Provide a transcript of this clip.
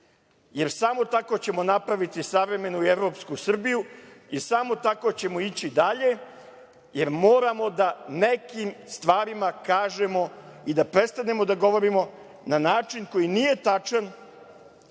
jer samo tako ćemo napraviti savremenu i evropsku Srbiju i samo tako ćemo ići dalje, jer moramo da nekim stvarima kažemo i da prestanemo da govorimo na način koji nije tačan